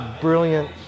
brilliant